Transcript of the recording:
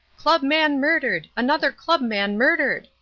club man murdered! another club man murdered!